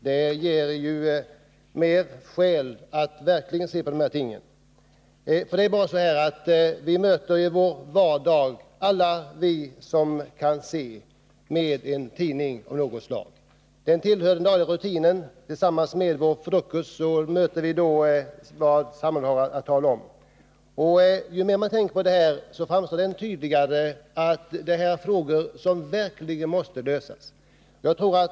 Det ger verkligen skäl för att se på frågan ordentligt. Alla vi som kan se möter i vår vardag en tidning av något slag. Den tillhör den dagliga rutinen. Vid frukosten får vi reda på vad man i samhället har att tala om. Ju mer man tänker på detta, desto tydligare framstår det att dessa frågor verkligen måste lösas.